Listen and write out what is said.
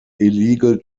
illegal